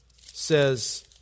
says